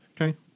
Okay